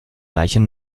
gleichem